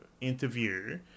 interview